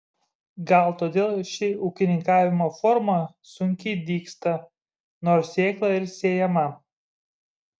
gal todėl ši ūkininkavimo forma sunkiai dygsta nors sėkla ir sėjama